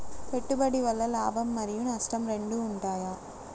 పెట్టుబడి వల్ల లాభం మరియు నష్టం రెండు ఉంటాయా?